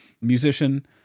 musician